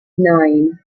nine